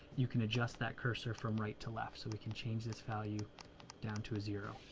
you can adjust that cursor from right to left, so we can change this value down to a zero.